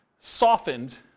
softened